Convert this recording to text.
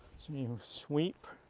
sweep.